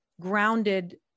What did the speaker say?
grounded